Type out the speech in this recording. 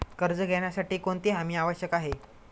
कर्ज घेण्यासाठी कोणती हमी आवश्यक आहे?